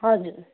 हजुर